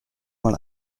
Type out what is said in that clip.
mal